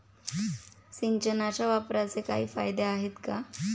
सिंचनाच्या वापराचे काही फायदे आहेत का?